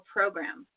Program